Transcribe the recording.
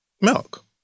milk